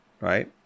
right